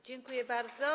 Dziękuję bardzo.